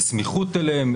בסמיכות אליהם,